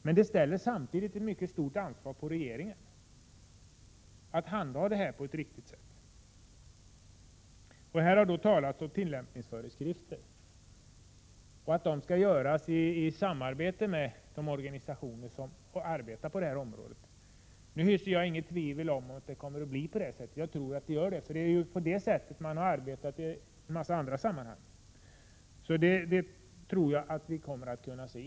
Men detta gör att regeringen får ett mycket stort ansvar när det gäller att handha dessa frågor på ett riktigt sätt. Det har här talats om tillämpningsföreskrifter och att dessa skall utarbetas i samarbete med de organisationer som arbetar på detta område. Jag hyser inte något tvivel om att detta skall gå bra, eftersom det är på detta sätt man har arbetat i många andra sammanhang.